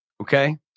okay